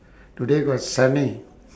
today quite sunny